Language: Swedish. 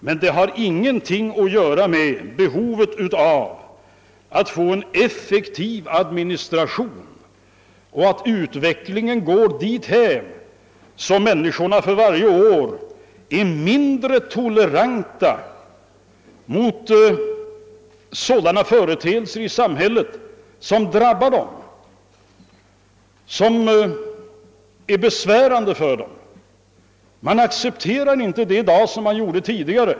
Men demokrati har ingenting att göra med behovet av en effektiv administration eller att utvecklingen går dithän att människorna för varje år blir allt mindre toleranta mot sådana företeelser i samhället som är besvärande för dem. I dag accepterar man inte allt som accepterades tidigare.